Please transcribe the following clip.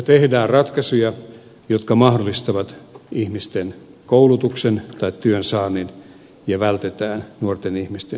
tehdään ratkaisuja jotka mahdollistavat ihmisten koulutuksen tai työn saannin ja vältetään nuorten ihmisten syrjäytyminen